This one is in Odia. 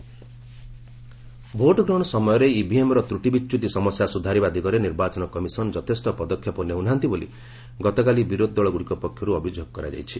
ଅପୋକିସନ୍ ଇଭିଏମ୍ ଭୋଟ୍ଗ୍ରହଣ ସମୟରେ ଇଭିଏମ୍ର ଡ୍ରୁଟିବିଚ୍ୟୁତିସମସ୍ୟା ସୁଧାରିବା ଦିଗରେ ନିର୍ବାଚନ କମିଶନ୍ ଯଥେଷ୍ଟ ପଦକ୍ଷେପ ନେଉ ନାହାନ୍ତି ବୋଲି ଗତକାଲି ବିରୋଧୀ ଦଳଗୁଡ଼ିକ ପକ୍ଷରୁ ଅଭିଯୋଗ କରାଯାଇଛି